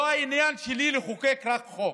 לא העניין שלי לחוקק רק חוק,